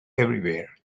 everywhere